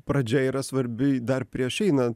pradžia yra svarbi dar prieš einant